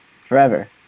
Forever